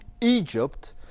egypt